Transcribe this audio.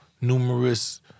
numerous